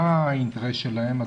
מה האינטרס שלהם?